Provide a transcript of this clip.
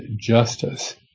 justice